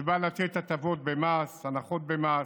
שבא לתת הטבות מס, הנחות במס,